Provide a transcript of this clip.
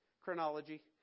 chronology